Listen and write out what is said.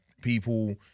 people